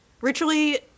Ritually